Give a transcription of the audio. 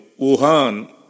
Wuhan